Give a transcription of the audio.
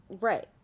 Right